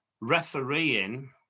refereeing